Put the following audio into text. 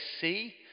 see